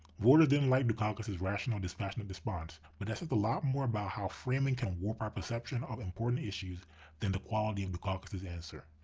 voters didn't like dukakis's rational, dispassionate response but that says a lot more about how framing can warp our perception of important issues than the quality of dukakis's answer.